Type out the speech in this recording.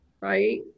right